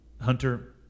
Hunter